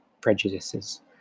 prejudices